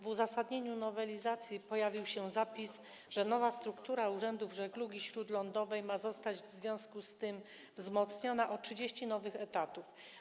W uzasadnieniu nowelizacji pojawił się zapis, że nowa struktura urzędów żeglugi śródlądowej ma zostać wzmocniona o 30 nowych etatów.